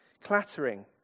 clattering